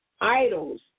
idols